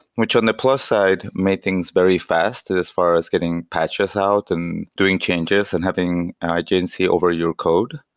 which on the plus side made things very fast as far as getting patches out and doing changes and having and agency over your code.